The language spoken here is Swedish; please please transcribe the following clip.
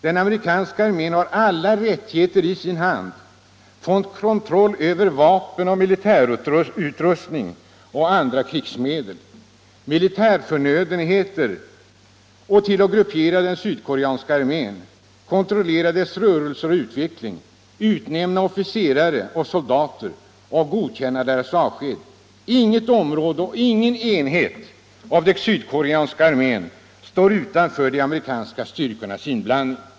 Den amerikanska armén har alla rättigheter, från rätt till kontroll över vapen, militärutrustning och andra krigsmedel och militära förnödenheter till rätt att gruppera den sydkoreanska armén, kontrollera dess rörelser och utveckling, utnämna officerare och soldater och godkänna deras avsked. Inget område och ingen enhet av den sydkoreanska armén står utanför de amerikanska styrkornas inblandning.